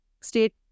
state